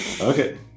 Okay